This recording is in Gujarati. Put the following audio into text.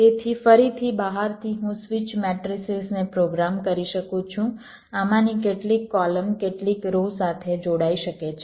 તેથી ફરીથી બહારથી હું સ્વીચ મેટ્રિસિસને પ્રોગ્રામ કરી શકું છું આમાંની કેટલીક કોલમ કેટલીક રો સાથે જોડાઈ શકે છે